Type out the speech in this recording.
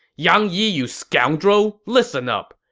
yang yi, you scoundrel. listen up!